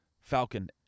Falcon